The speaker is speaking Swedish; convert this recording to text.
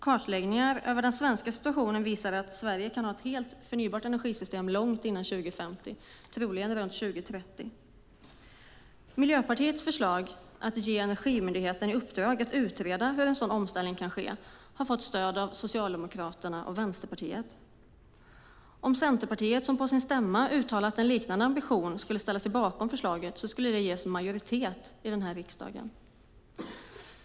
Kartläggningar över den svenska situationen visar att Sverige kan ha ett helt förnybart energisystem långt innan 2050, troligen redan 2030. Miljöpartiets förslag att ge Energimyndigheten i uppdrag att utreda hur en sådan omställning kan ske har fått stöd av Socialdemokraterna och Vänsterpartiet. Om Centerpartiet, som på sin stämma uttalat en liknande ambition, skulle ställa sig bakom förslaget skulle det ges majoritet här i riksdagen.